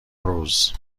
روز